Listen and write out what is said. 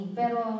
pero